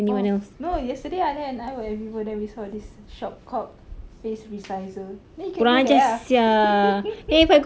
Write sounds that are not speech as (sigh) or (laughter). oh no yesterday aman and I were at vivo there we saw this shop called face resizer then you can do that ah (noise)